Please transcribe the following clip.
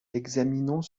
examinons